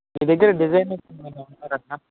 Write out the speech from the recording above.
మీ దగ్గర డిజైనర్స్ ఉన్నారా మ్యామ్